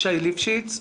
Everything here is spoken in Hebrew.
ליפשיץ,